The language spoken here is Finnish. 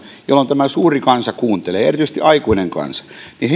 jolloin tämä suuri kansa kuuntelee erityisesti aikuinen kansa